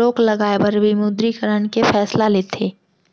रोक लगाए बर विमुद्रीकरन के फैसला लेथे